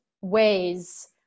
ways